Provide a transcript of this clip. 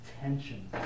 tension